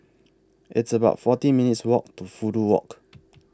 It's about forty minutes' Walk to Fudu Walk